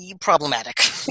problematic